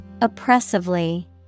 oppressively